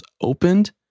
opened